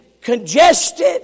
congested